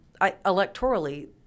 electorally